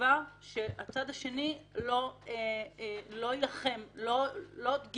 בתקווה שהצד השני לא יילחם - אם